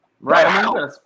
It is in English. Right